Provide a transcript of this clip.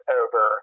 over